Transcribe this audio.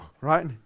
right